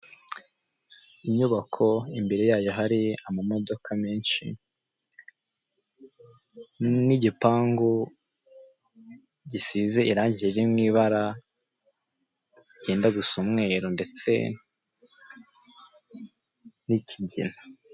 Inyubako imbere yayo hari amamodokaka menshi n'igipangu gisize irangi riri mu ibara ryenda gusa umwe ndetse n'ikigina.